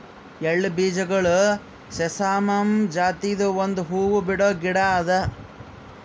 ಎಳ್ಳ ಬೀಜಗೊಳ್ ಸೆಸಾಮಮ್ ಜಾತಿದು ಒಂದ್ ಹೂವು ಬಿಡೋ ಗಿಡ ಅದಾ